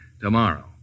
tomorrow